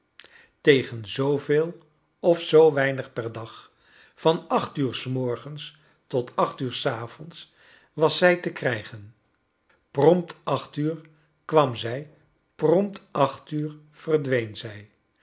tegen zooveel of zoo weinig per dag van acht uur s morgens tot acht uur s avonds was zij te krijgen prompt acht uur k warn zij prompt acht uur verdween zrj